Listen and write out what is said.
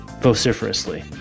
vociferously